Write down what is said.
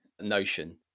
notion